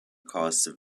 caused